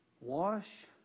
Wash